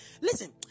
listen